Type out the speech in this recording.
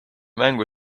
mängu